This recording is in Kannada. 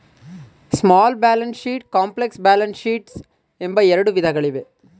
small balance sheets, complex balance sheets ಎಂಬ ಎರಡು ವಿಧಗಳಿವೆ